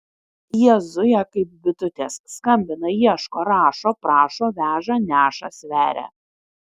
jie zuja kaip bitutės skambina ieško rašo prašo veža neša sveria